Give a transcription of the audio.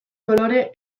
kolore